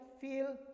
feel